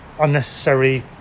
unnecessary